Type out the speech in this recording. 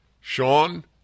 Sean